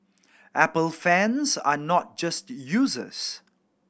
apple fans are not just users